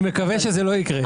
אני מקווה שזה לא יקרה.